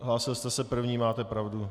Hlásil jste se první, máte pravdu.